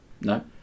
No